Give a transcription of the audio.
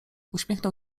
uśmiechnął